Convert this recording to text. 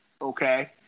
okay